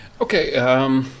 Okay